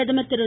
பிரதமர் திரு